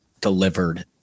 delivered